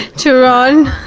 to ron.